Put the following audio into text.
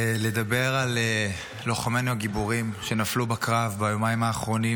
לדבר על לוחמינו הגיבורים שנפלו בקרב ביומיים האחרונים.